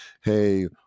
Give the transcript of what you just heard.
Hey